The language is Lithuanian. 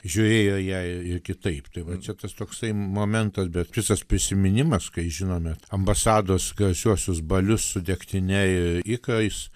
žiūrėjo ją ir kitaip tai va čia tas toksai momentas šitas prisiminimas kai žinome ambasados garsiuosius balius su degtine ir ikrais